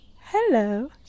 Hello